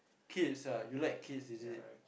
kids ah you like kids is it